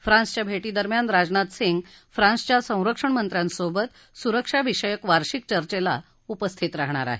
फ्रान्सच्या भेटी दरम्यान राजनाथ सिंग फ्रान्सच्या संरक्षण मंत्र्यांसोबत सुरक्षा विषयक वार्षिक चर्चेला उपस्थित राहणार आहेत